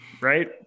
Right